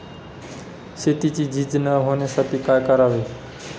शेतीची झीज न होण्यासाठी काय करावे?